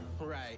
Right